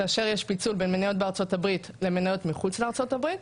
כאשר יש פיצול בין מניות בארה"ב למניות מחוץ לארה"ב.